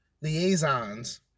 liaisons